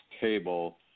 table